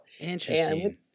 Interesting